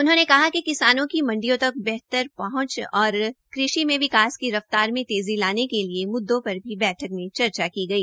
उन्होंने कहा कि किसानों को मंडियों तक बेहतर पहंच और कृषि में विकास की र फ्तार में तेज़ी लाने के मुद्दों पर भी बैठक में चर्चा की गई